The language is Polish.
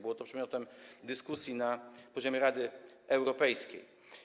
Było to przedmiotem dyskusji na poziomie Rady Europejskiej.